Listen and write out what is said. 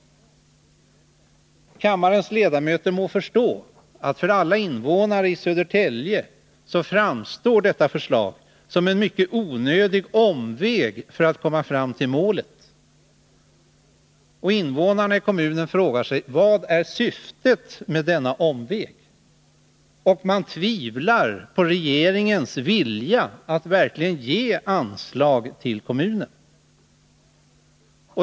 Men kammarens ledamöter må förstå att det förslaget för alla invånare i Södertälje framstår som en mycket onödig omväg för att man skall komma fram till målet. Invånarna i kommunen ställer frågan: Vad är syftet med denna omväg? Man tvivlar på regeringens vilja att verkligen anvisa anslag till kommunen.